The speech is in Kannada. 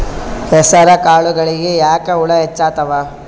ಹೆಸರ ಕಾಳುಗಳಿಗಿ ಯಾಕ ಹುಳ ಹೆಚ್ಚಾತವ?